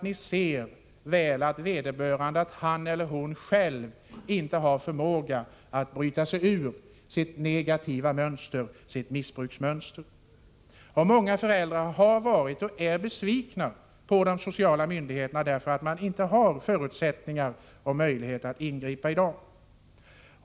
Ni ser väl att han eller hon inte själv har förmåga att bryta sig ur sitt missbruksmönster? De ungas föräldrar har varit och är besvikna på de sociala myndigheterna, därför att de i dag inte har förutsättningar att ingripa.